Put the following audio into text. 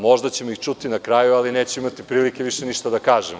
Možda ćemo ih čuti na kraju, ali nećemo imati prilike ništa više da kažemo.